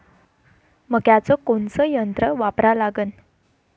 मक्याचं कोनचं यंत्र वापरा लागन?